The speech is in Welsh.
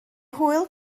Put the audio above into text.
hwyl